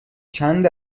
چند